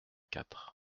quatre